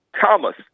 Thomas